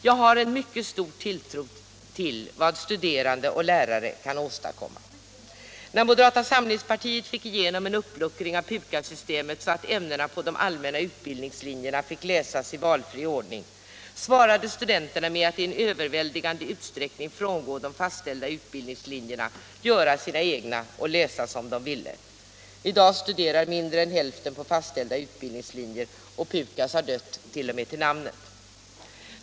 Jag har en mycket stor tilltro till vad studerande och lärare kan åstadkomma. När moderata samlingspartiet fick igenom en uppluckring av PUKAS-systemet så att ämnena på de allmänna utbildningslinjerna fick läsas i valfri ordning svarade studenterna med att i överväldigande utsträckning frångå de fastställda utbildningslinjerna, göra sina egna och läsa som de ville. I dag studerar mindre än hälften på fastställda utbildningslinjer, och PUKAS har dött t.o.m. till namnet.